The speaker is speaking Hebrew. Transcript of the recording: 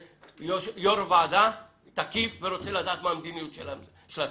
שיו"ר הוועדה תקיף ורוצה לדעת מה המדיניות של השר,